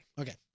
Okay